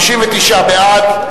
59 בעד,